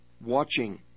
watching